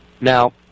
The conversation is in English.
Now